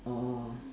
orh